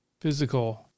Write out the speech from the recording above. physical